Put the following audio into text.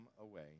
away